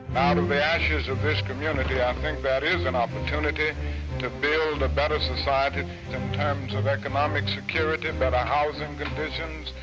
out of the ashes of this community i think that is an opportunity to build a better society in terms of economic security, better housing conditions,